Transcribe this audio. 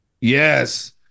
yes